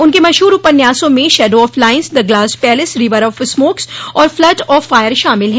उनके मशहूर उपन्यासों में shadow of lines the glass palace river of smokes और फ्लड ऑफ फॉयर शामिल हैं